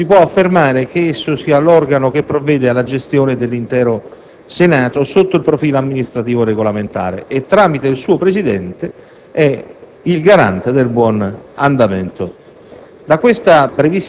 funzioni, si può affermare che esso sia l'organo che provvede alla gestione dell'intero Senato sotto il profilo amministrativo‑regolamentare e, tramite il suo Presidente, è il garante del buon andamento